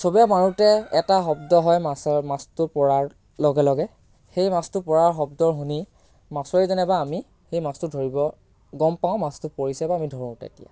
চবিয়াই মাৰোতে এটা শব্দ হয় মাছৰ মাছটো পৰাৰ লগে লগে সেই মাছটো পৰাৰ শব্দ শুনি মাছুৱৈজনে বা আমি সেই মাছটো ধৰিব গম পাওঁ মাছটো পৰিছে বা আমি ধৰোঁ তেতিয়া